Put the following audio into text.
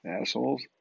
assholes